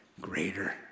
greater